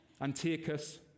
Antiochus